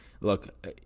Look